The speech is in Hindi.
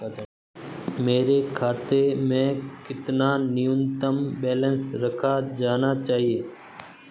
मेरे खाते में कितना न्यूनतम बैलेंस रखा जाना चाहिए?